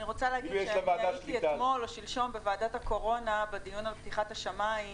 אני רוצה להגיד שאני ראיתי אתמול בוועדת הקורונה בדיון על פתיחת השמיים,